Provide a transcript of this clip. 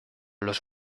los